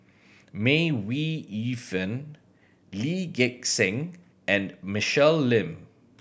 May Ooi Yu Fen Lee Gek Seng and Michelle Lim